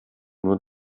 nur